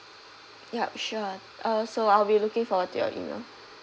yup sure uh so I'll be looking forward to your email